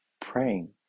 praying